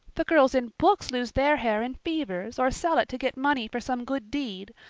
the girls in books lose their hair in fevers or sell it to get money for some good deed,